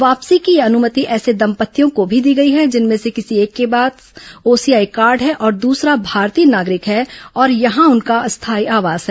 वापसी की यह अनुमति ऐसे दम्पत्तियों को भी दी गयी है जिनमें से किसी एक के पास ओसीआई कार्ड है और दसरा भारतीय नॉगरिक है और यहां उनका स्थायी आवास है